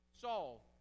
Saul